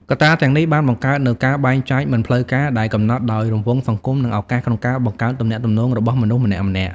កត្តាទាំងនេះបានបង្កើតនូវការបែងចែកមិនផ្លូវការ ដែលកំណត់នូវរង្វង់សង្គមនិងឱកាសក្នុងការបង្កើតទំនាក់ទំនងរបស់មនុស្សម្នាក់ៗ។